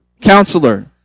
Counselor